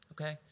Okay